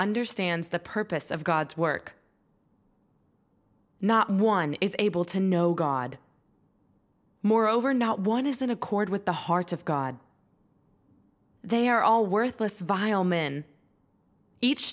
understands the purpose of god's work not one is able to know god moreover not one is in accord with the hearts of god they are all worthless vile men each